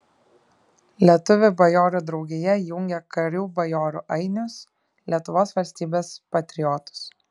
lietuvių bajorų draugija jungia karių bajorų ainius lietuvos valstybės patriotus